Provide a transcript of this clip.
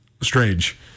strange